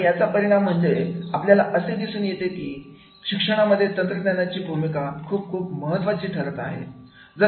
आणि याचा परिणाम म्हणजे आपल्याला असे दिसून येते की शिक्षणामध्ये तंत्रज्ञानाची भूमिका खूप खूप महत्त्वाची ठरत आहे